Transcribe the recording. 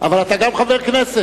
אבל אתה גם חבר כנסת.